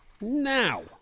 Now